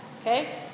okay